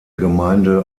gemeinde